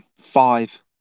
five